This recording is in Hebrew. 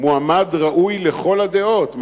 מועמד ראוי לכל הדעות,